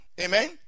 Amen